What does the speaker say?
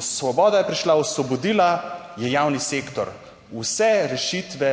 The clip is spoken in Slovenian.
Svoboda je prišla, osvobodila je javni sektor, vse rešitve